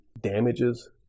damages